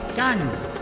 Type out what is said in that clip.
guns